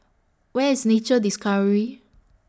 Where IS Nature Discovery